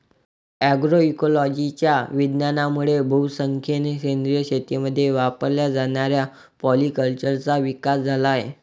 अग्रोइकोलॉजीच्या विज्ञानामुळे बहुसंख्येने सेंद्रिय शेतीमध्ये वापरल्या जाणाऱ्या पॉलीकल्चरचा विकास झाला आहे